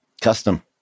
custom